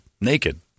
naked